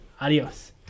Adios